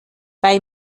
bei